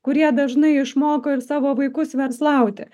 kurie dažnai išmoko ir savo vaikus verslauti